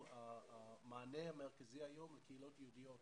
המענה המרכזי היום לקהילות היהודיות